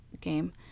game